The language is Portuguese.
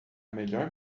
melhor